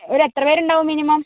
ഒരു എത്ര പേര് ഉണ്ടാവും മിനിമം